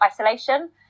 isolation